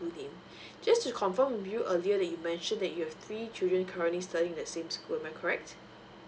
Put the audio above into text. name just to confirm with you earlier that you mentioned that you have three children currently studying at the same school am I correct